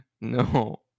No